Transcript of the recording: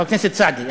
חבר הכנסת סעדי.